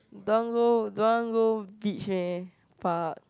don't want go don't want go beach meh far